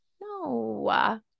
No